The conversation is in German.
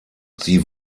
sie